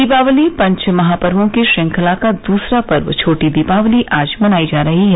दीपावली पंच महापवों की श्रंखला का दूसरा पर्व छोटी दीपावली आज मनाई जा रही है